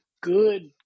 good